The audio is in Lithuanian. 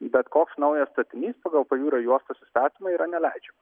bet koks naujas statinys pagal pajūrio juostos įstatymą yra neleidžiama